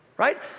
Right